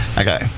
Okay